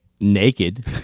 Naked